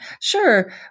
Sure